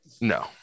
No